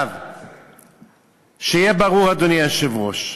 שיהיה ברור, אדוני היושב-ראש: